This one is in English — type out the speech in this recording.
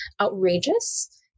outrageous